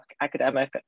academic